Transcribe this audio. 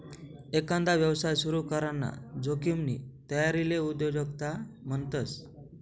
एकांदा यवसाय सुरू कराना जोखिमनी तयारीले उद्योजकता म्हणतस